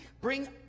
bring